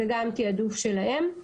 זה גם תעדוף שלהם.